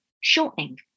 shortening